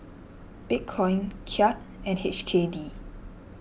Bitcoin Kyat and H K D